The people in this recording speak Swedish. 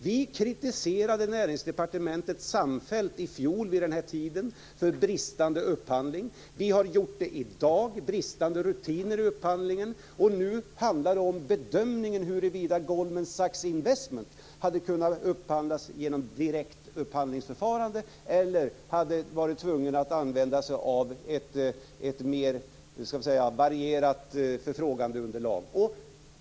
Vi kritiserade Näringsdepartementet samfällt i fjol vid den här tiden för bristande upphandling. Vi har kritiserat departementet i dag för bristande rutiner i upphandlingen. Nu handlar det om bedömningen av huruvida tjänsterna från Goldman Sachs Investment hade kunnat upphandlas genom direkt upphandlingsförfarande eller om man hade varit tvungen att använda sig av ett mer varierat upphandlingsunderlag.